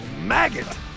maggot